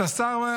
אתה שר,